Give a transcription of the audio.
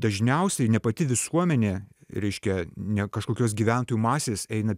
dažniausiai ne pati visuomenė reiškia ne kažkokios gyventojų masės eina